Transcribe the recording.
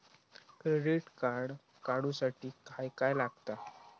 Credit card काढूसाठी काय काय लागत?